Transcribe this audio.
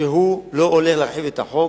שהוא לא עולה להרחיב את החוק,